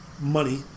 money